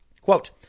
Quote